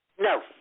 No